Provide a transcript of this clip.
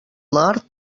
nord